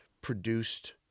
produced